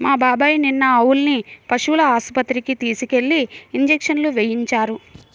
మా బాబాయ్ నిన్న ఆవుల్ని పశువుల ఆస్పత్రికి తీసుకెళ్ళి ఇంజక్షన్లు వేయించారు